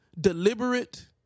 deliberate